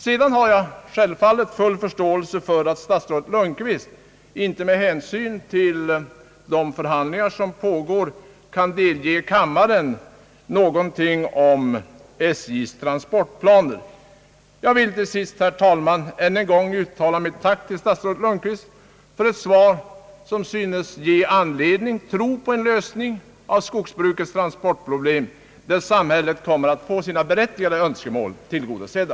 Självfallet har jag full förståelse för att statsrådet Lundkvist med hänsyn till de pågående förhandlingarna inte kan delge kammaren någonting om SJ:s transportplaner. Till sist, herr talman, vill jag än en gång uttala mitt tack till statsrådet Lundkvist för ett svar, som synes ge anledning tro på en lösning av skogsbrukets transportproblem där samhället kommer att få sina berättigade önskemål tillgodosedda.